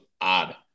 odd